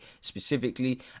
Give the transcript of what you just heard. specifically